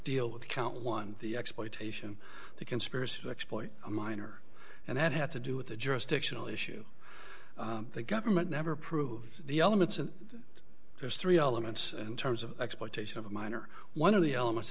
deal with count one the exploitation the conspiracy to exploit a minor and that had to do with the jurisdictional issue the government never approved the elements and there's three elements in terms of exploitation of a minor one of the elements